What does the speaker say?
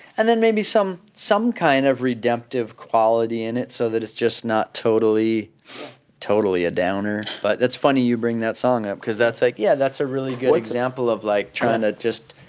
and then maybe some some kind of redemptive quality in it so that it's just not totally totally a downer. but that's funny you bring that song up because that's like yeah, that's a really good example like, trying to just,